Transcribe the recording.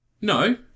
No